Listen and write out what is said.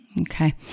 Okay